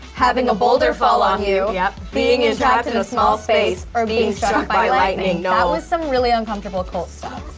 having a boulder fall on you, yeah being entrapped in a small space, or being struck by lightning. no. that was some really uncomfortable cult stuff.